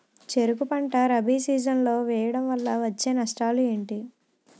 చెరుకు పంట రబీ సీజన్ లో వేయటం వల్ల వచ్చే నష్టాలు ఏంటి?